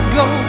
go